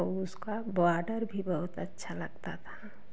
और उसका बौडर भी बहुत अच्छा लगता था